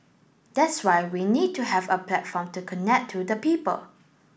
that's why we need to have a platform to connect to the people